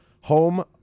home